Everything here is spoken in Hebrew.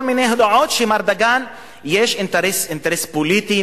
מיני הודעות שלמר דגן יש אינטרס פוליטי,